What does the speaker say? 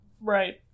Right